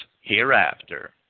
hereafter